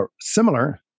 similar